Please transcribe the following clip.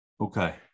Okay